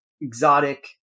exotic